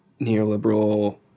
neoliberal